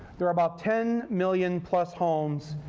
there are about ten million plus homes,